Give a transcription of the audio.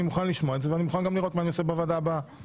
אני מוכן לשמוע את זה ואני מוכן גם לראות מה נעשה בוועדה הבאה,